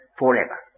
forever